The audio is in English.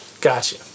Gotcha